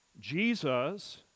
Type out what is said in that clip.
Jesus